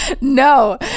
No